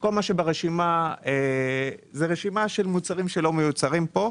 כל מה שברשימה אלה מוצרים שלא מיוצרים פה.